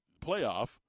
playoff